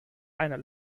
einer